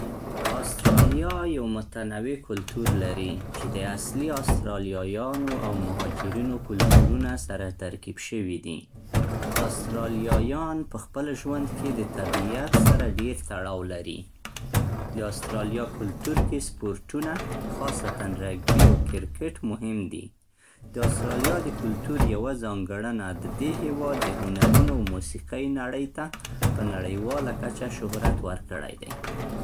استرالیا یو متنوع کلتور لري چې د اصلي استرالیایانو او مهاجرینو کلتورونه سره ترکیب شوي دي. استرالیایان په خپل ژوند کې د طبیعت سره ډېر تړاو لري. د استرالیا کلتور کې سپورټونه، خاصتاً رګبي او کرکټ، مهم دي. د استرالیا د کلتور یوه ځانګړنه د دې هیواد د هنرونو او موسیقۍ نړۍ ته په نړیواله کچه شهرت ورکړی دی.